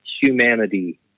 humanity